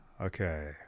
Okay